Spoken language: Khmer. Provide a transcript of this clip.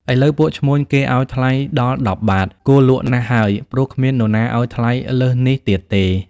ឥឡូវពួកឈ្មួញគេឲ្យថ្លៃដល់ ១០ បាទ គួរលក់ណាស់ហើយ ព្រោះគ្មាននរណាឲ្យថ្លៃលើសនេះទៀតទេ។